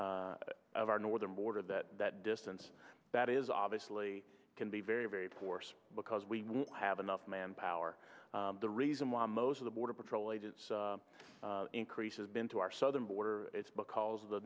between our northern border that that distance that is obviously can be very very porous because we have enough manpower the reason why most of the border patrol agents increases been to our southern border it's because of the